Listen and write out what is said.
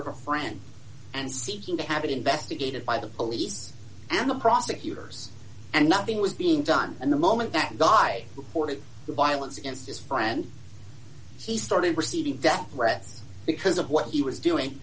of a friend and seeking to have it investigated by the police and the prosecutors and nothing was being done and the moment that guy reported the violence against his friend he started receiving death threats because of what he was doing